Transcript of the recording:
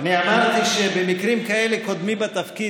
אני אמרתי שבמקרים כאלה קודמי בתפקיד